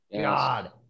God